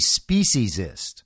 speciesist